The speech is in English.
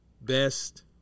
best